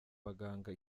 baganga